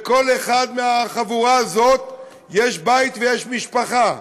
לכל אחד מהחבורה הזאת יש בית ויש משפחה,